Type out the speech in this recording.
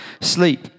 sleep